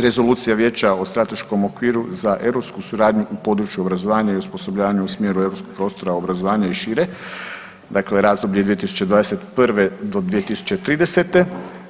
Rezolucija vijeća o strateškom okviru za europsku suradnju u području obrazovanja i osposobljavanja u smjeru europskog prostora obrazovanja i šire, dakle razdoblje 2021. do 2030.